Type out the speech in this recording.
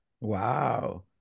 wow